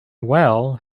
well